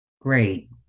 Great